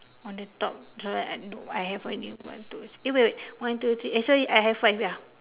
on the top the right I don't I have only one two eh wait wait one two three eh sorry I have five ya